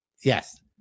Yes